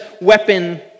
weapon